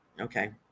okay